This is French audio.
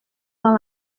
dans